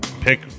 pick